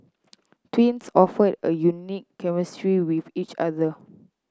twins often a unique chemistry with each other